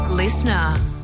Listener